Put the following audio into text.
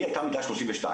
היא הייתה מידה 32,